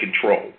control